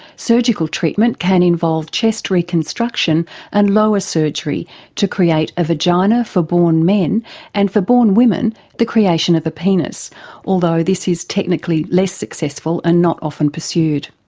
surgical treatment can involve chest reconstruction and lower surgery to create a vagina for born men and for born women the creation of a penis although this is technically less successful and not often pursued.